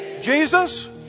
Jesus